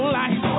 life